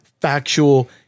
factual